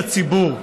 מי יגן על הציבור?